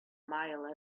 mile